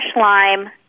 lime